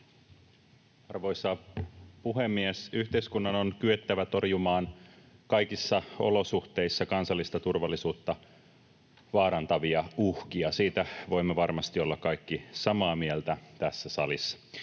Arvoisa puhemies! Yhteiskunnan on kyettävä torjumaan kaikissa olosuhteissa kansallista turvallisuutta vaarantavia uhkia. Siitä voimme varmasti olla kaikki samaa mieltä tässä salissa.